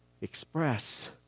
express